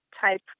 type